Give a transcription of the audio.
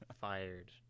fired